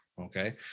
Okay